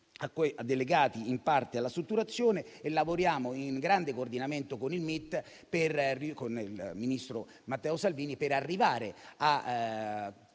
delegati in parte alla strutturazione e lavoriamo in grande coordinamento con il MIT, con il ministro Matteo Salvini, per arrivare a